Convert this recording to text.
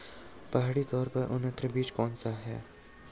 पहाड़ी तोर का उन्नत बीज कौन सा है?